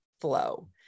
flow